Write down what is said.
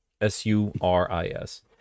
s-u-r-i-s